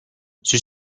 sus